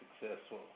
successful